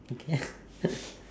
okay ya